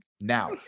Now